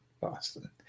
Boston